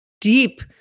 deep